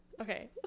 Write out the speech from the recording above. Okay